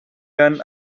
done